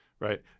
Right